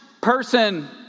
person